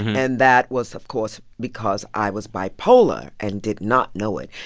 and that was, of course, because i was bipolar and did not know it.